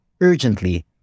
urgently